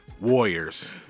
Warriors